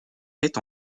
est